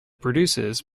produces